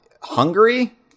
Hungary